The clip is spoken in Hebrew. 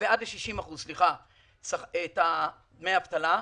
ל-60% דמי אבטלה.